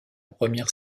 première